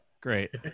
great